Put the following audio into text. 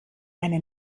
eine